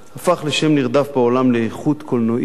והפך לשם נרדף בעולם לאיכות קולנועית